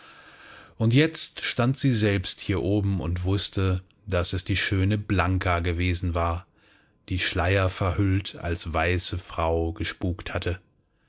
und jetzt stand sie selbst hier oben und wußte daß es die schöne blanka gewesen war die schleierverhüllt als weiße frau gespukt hatte